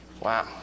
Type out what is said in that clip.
Wow